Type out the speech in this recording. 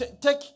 Take